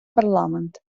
парламент